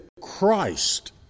Christ